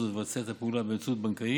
בכל זאת לבצע את הפעולה באמצעות בנקאי,